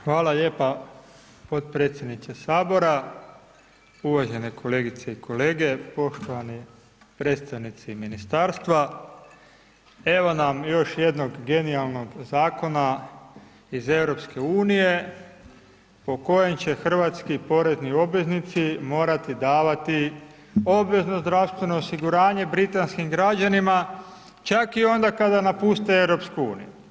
Hvala lijepo potpredsjedniče Sabora, uvažene kolegice i kolege, poštovani predstavnici ministarstva, evo nam još jednog genijalnog zakona iz EU, po kojem će hrvatski porezni obveznici morati davati obvezno zdravstveno osiguranje britanskim građanima, čak i onda kada napuste EU.